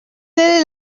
est